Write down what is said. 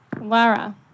Lara